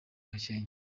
gakenke